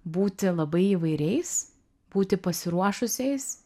būti labai įvairiais būti pasiruošusiais